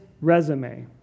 resume